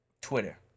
Twitter